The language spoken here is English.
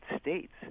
States